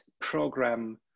program